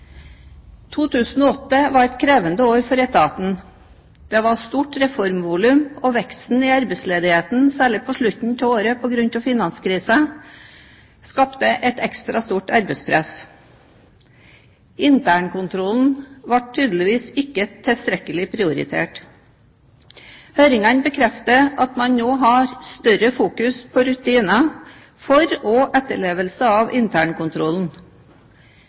2008 var et krevende år for etaten. Det var stort reformvolum. Veksten i arbeidsledigheten, særlig på slutten av året – på grunn av finanskrisen – skapte et ekstra stort arbeidspress. Internkontrollen ble tydeligvis ikke tilstrekkelig prioritert. Høringene bekreftet at man nå fokuserer mer på rutiner for og etterlevelse av internkontrollen.